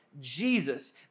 Jesus